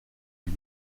lui